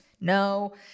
No